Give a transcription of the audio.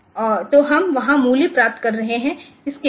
तोहम वहां मूल्य प्राप्त कर रहे हैं इसके बाद